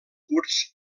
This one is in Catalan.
curts